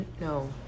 No